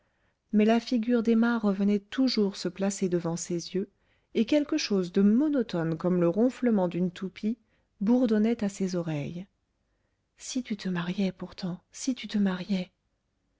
mais la figure d'emma revenait toujours se placer devant ses yeux et quelque chose de monotone comme le ronflement d'une toupie bourdonnait à ses oreilles si tu te mariais pourtant si tu te mariais